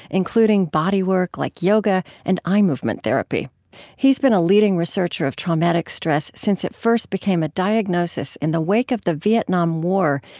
including body work like yoga and eye movement therapy he's been a leading researcher of traumatic stress since it first became a diagnosis in the wake of the vietnam war,